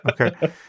Okay